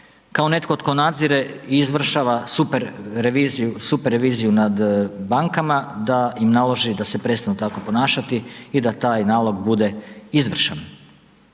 kao netko tko nadzire i izvršava super reviziju, super reviziju nad bankama da im naloži da se prestanu tako ponašati i da taj nalog bude izvršen.